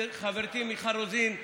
חברתי מיכל רוזין,